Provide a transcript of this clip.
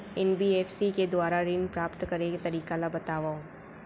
NBFC के दुवारा ऋण प्राप्त करे के तरीका ल बतावव?